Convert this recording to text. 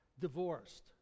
divorced